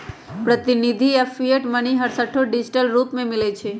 प्रतिनिधि आऽ fiat money हरसठ्ठो डिजिटल रूप में मिलइ छै